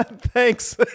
Thanks